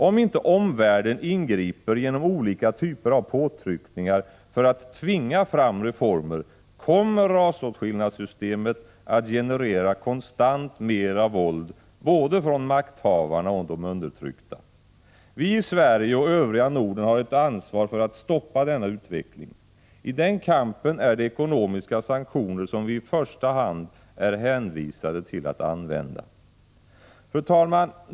Om inte omvärlden ingriper genom olika typer av påtryckningar för att tvinga fram reformer kommer rasåtskillnadssystemet att generera konstant mera våld både från makthavarna och från de undertryckta. Vi i Sverige och övriga Norden har ett ansvar för att stoppa denna utveckling. I den kampen är det ekonomiska sanktioner som vi i första hand är hänvisade till att använda. Fru talman!